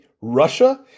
Russia